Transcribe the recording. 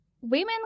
women